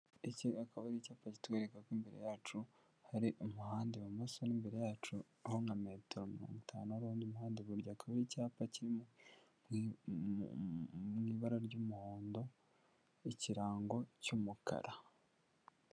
Iki akaba ari icyapa kitwereka ko imbere yacu hari umuhanda ibumoso n'imbere yacu ,aho nka metero mirongo itanu harundi muhanda , iburyo hakaba icyapa kirimw'ibara ry'umuhondo n'ikirango cy'umukara.